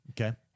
Okay